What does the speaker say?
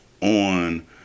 on